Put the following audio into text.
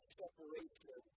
separation